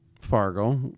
Fargo